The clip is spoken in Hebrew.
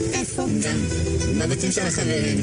גם כמחוקקים,